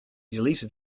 deleted